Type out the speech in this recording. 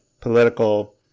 political